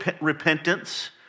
repentance